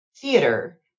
theater